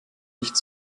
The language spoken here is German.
nicht